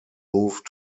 moved